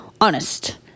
honest